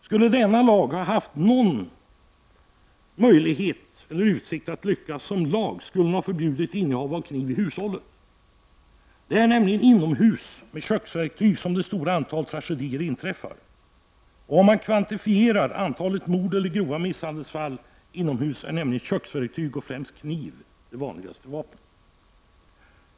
Skulle det ha funnits någon utsikt att med denna lag lyckas i sina syften, skulle man i den ha förbjudit innehav av kniv i hushållen. Det är nämligen inomhus som det stora antalet tragedier inträffar, och det är med köksverktyg, främst kniv, som vapen som dessa mord eller grova misshandelsfall begås.